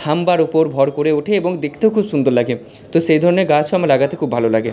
থাম্বার ওপর ভর করে ওঠে এবং দেখতেও খুব সুন্দর লাগে তো সেই ধরণের গাছও আমার লাগাতে খুব ভালো লাগে